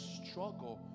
struggle